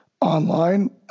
online